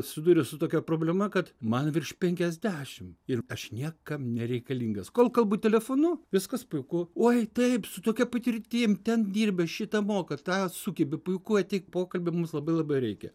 susiduriu su tokia problema kad man virš penkiasdešim ir aš niekam nereikalingas kol kalbu telefonu viskas puiku oi taip su tokia patirtim ten dirbęs šitą mokat tą sugebi puiku ateik pokalbį mums labai labai reikia